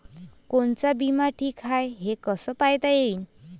कोनचा बिमा ठीक हाय, हे कस पायता येईन?